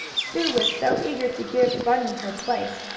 sue was so eager to give bunny her place,